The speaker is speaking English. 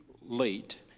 late